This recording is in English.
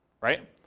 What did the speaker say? right